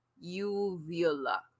uvula